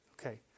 Okay